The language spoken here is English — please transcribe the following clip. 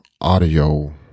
audio